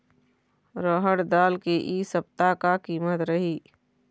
रहड़ दाल के इ सप्ता का कीमत रही?